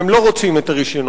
אם הם לא רוצים את הרשיונות,